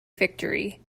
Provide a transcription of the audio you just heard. victory